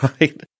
Right